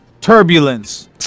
Turbulence